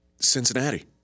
Cincinnati